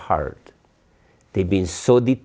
heart they been so the